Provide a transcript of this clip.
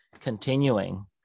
continuing